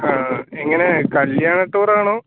ആ എങ്ങനെ കല്യാണ ടൂറാണോ